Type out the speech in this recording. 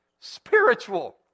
Spiritual